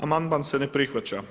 Amandman se ne prihvaća.